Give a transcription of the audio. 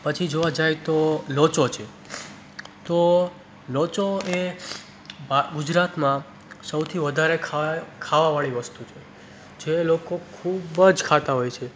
પછી જોવા જઇએ તો લોચો છે તો લોચો એ ગુજરાતમાં સૌથી વધારે ખાવાવાળી વસ્તુ જે લોકો ખૂબ જ ખાતાં હોય છે